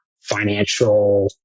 financial